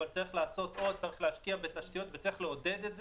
צריך להשקיע בתשתיות וצריך לעודד את זה.